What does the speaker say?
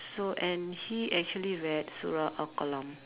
so and he actually read surah Al-Qalam